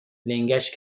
لنگش